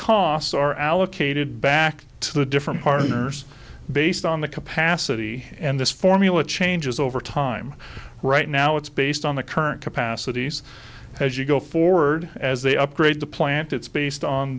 costs are allocated back to the different partners based on the capacity and this formula changes over time right now it's based on the current capacities as you go forward as they upgrade the plant it's based on